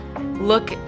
look